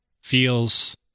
feels